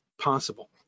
possible